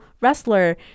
wrestler